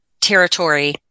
territory